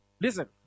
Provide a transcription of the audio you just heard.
Listen